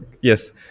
yes